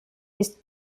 ist